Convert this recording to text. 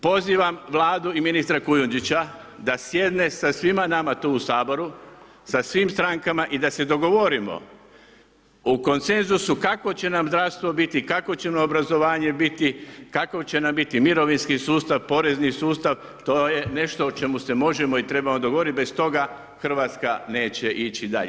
Pozivam Vladu i ministra Kujundžića da sjedne sa svima nama tu u Saboru, sa svim strankama i da se dogovorimo o konsenzusu kako će nam zdravstvo biti, kakvo će nam obrazovanje biti, kako će nam biti mirovinski sustav, porezni sustav, to je nešto o čemu se možemo i trebamo dogovoriti, bez toga Hrvatska neće ići dalje.